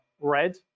red